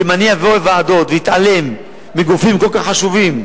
כי אם אני אבוא לוועדות ואתעלם מגופים כל כך חשובים,